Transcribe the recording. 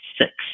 six